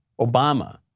Obama